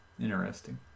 interesting